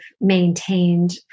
maintained